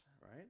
right